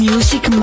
Music